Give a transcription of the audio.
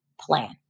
plan